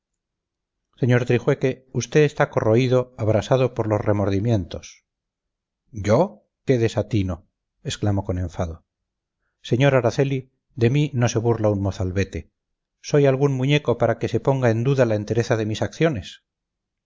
sr trijueque usted está corroído abrasado por los remordimientos yo qué desatino exclamó con enfado sr araceli de mí no se burla un mozalbete soy algún muñeco para que se ponga en duda la entereza de mis acciones